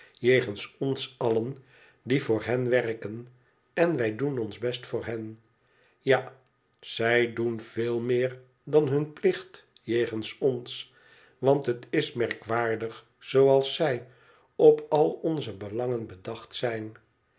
ons allen die voor hen werken en wij doen ons best voor hen ja zij doen veel meer dan hun plicht jegens ons want het is merkwaardig zooals zij op al onze belangen bedacht zijn